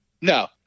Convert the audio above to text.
No